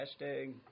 Hashtag